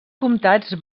comtats